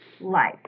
life